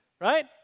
Right